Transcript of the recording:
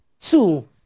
two